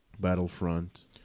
Battlefront